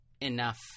enough